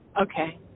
Okay